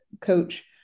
coach